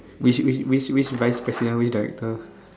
wish wish wish wish vice president with director